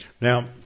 Now